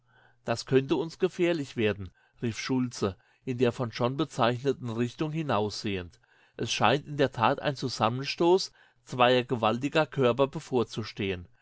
das könnte uns gefährlich werden rief schultze in der von john bezeichneten richtung hinaussehend es scheint in der tat ein zusammenstoß zweier gewaltiger körper bevorzustehen